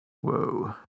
Whoa